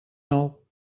nou